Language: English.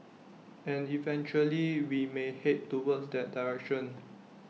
and eventually we may Head towards that direction